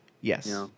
Yes